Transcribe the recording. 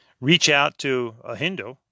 reach-out-to-a-Hindu